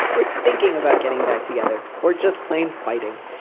we're thinking about getting back together or just plain fighting.